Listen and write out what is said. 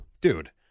Dude